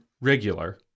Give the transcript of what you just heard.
regular